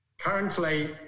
Currently